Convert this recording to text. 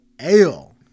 Ale